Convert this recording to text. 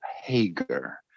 Hager